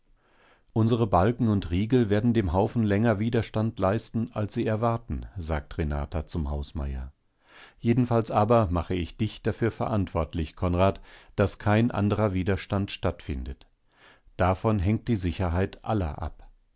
unsere balken und riegel werden dem haufen länger widerstand leisten als sie erwarten sagt renata zum hausmeier jedenfalls aber mache ich dich dafür verantwortlich konrad daß kein anderer widerstand stattfindet davon hängt die sicherheit aller ab